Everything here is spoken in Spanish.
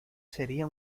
sería